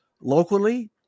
locally